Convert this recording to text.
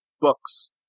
books